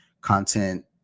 content